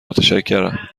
متشکرم